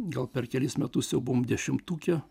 gal per kelis metus jau buvom dešimtuke